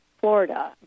Florida